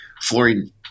fluorine